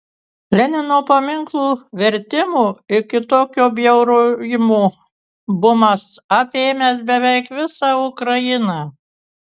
lenino paminklų vertimo ir kitokio bjaurojimo bumas apėmęs beveik visą ukrainą